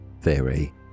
Theory